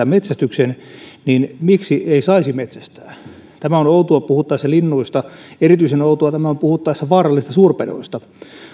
metsästyksen niin miksi ei saisi metsästää tämä on outoa puhuttaessa linnuista erityisen outoa tämä on puhuttaessa vaarallisista suurpedoista